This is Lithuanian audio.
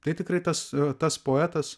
tai tikrai tas tas poetas